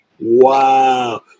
Wow